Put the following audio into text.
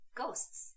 ghosts